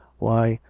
why,